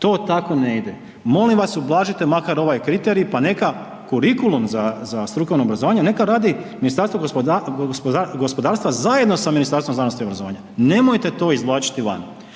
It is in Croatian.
to tako ne ide. Molim vas ublažite makar ovaj kriterij pa neka kurikulum za strukovno obrazovanje neka radi Ministarstvo gospodarstva zajedno sa Ministarstvom znanosti i obrazovanja, nemojte to izvlačiti van.